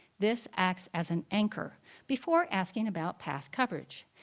this acts as an anchor before asking about past coverage.